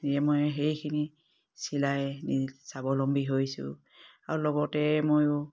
মই সেইখিনি চিলাই নি স্বাৱলম্বী হৈছোঁ আৰু লগতে ময়ো